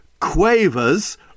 Quavers